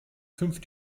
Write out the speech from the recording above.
fünf